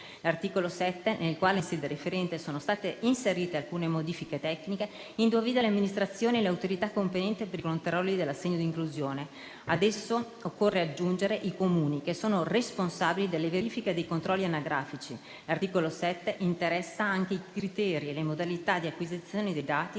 L'articolo 7, nel quale in sede referente sono state inserite alcune modifiche tecniche, individua le amministrazioni e le autorità competenti per i controlli dell'assegno di inclusione. Ad esso occorre aggiungere i Comuni che sono responsabili delle verifiche e dei controlli anagrafici. L'articolo 7 interessa anche i criteri e le modalità di acquisizione dei dati